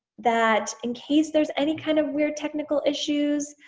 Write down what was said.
that in case there's any kind of weird technical issues,